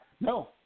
No